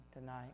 tonight